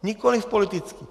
Nikoliv politický!